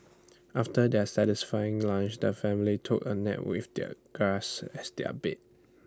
after their satisfying lunch the family took A nap with the grass as their bed